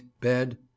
Bed